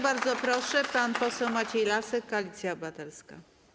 Bardzo proszę, pan poseł Maciej Lasek, Koalicja Obywatelska.